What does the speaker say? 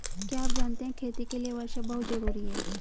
क्या आप जानते है खेती के लिर वर्षा बहुत ज़रूरी है?